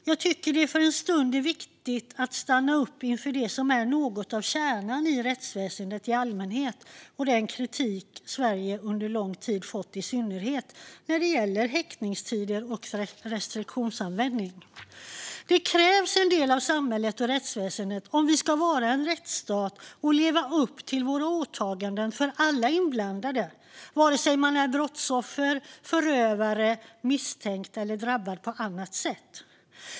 Jag tycker att det är viktigt att för en stund stanna upp inför det som är något av kärnan i rättsväsendet i allmänhet och den kritik som Sverige under lång tid har fått, i synnerhet när det gäller häktningstider och restriktionsanvändning. Det krävs en del av samhället och rättsväsendet om vi ska vara en rättsstat och leva upp till våra åtaganden för alla inblandade, vare sig man är brottsoffer, förövare, misstänkt eller drabbad på annat sätt.